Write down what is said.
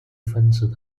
分子